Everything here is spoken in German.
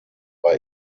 war